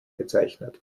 bezeichnet